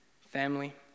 Family